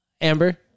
Amber